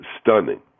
Stunning